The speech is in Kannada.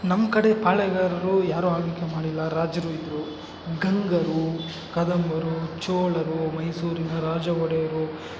ನಮ್ಮ ಕಡೆ ಪಾಳೇಗಾರರು ಯಾರೂ ಆಳ್ವಿಕೆ ಮಾಡಿಲ್ಲ ರಾಜರು ಇದ್ದರೂ ಗಂಗರು ಕದಂಬರು ಚೋಳರು ಮೈಸೂರಿನ ರಾಜ ಒಡೆಯರು